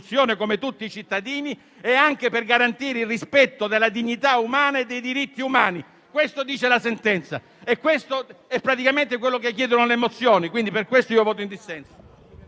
come per tutti i cittadini, per garantire il rispetto della dignità e dei diritti umani. Questo dice la sentenza e questo è praticamente ciò che chiedono le mozioni. Per questo motivo voterò in dissenso.